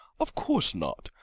of course not.